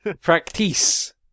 Practice